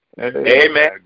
Amen